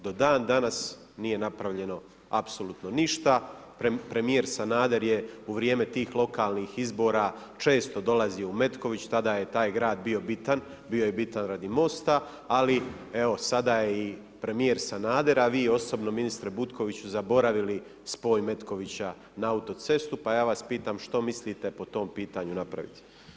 Do danas nije napravljeno apsolutno ništa, premijer Sanader je u vrijeme tih lokalnih izbora često dolazio u Metković, tada je taj grad bio bitan, bio je bitan radi mosta, ali evo sada je i premijer Sanader a i vi ministre Butkoviću zaboravili spoj Metkovića na autocestu pa ja vas pitam što mislite po tom pitanju napravit?